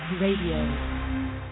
Radio